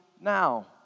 now